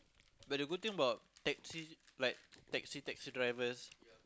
but the good thing about taxi like taxi taxi drivers